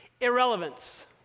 Irrelevance